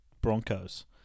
Broncos